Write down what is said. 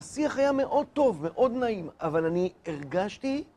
השיח היה מאוד טוב, מאוד נעים, אבל אני הרגשתי...